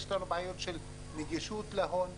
יש לנו בעיות נגישות להון,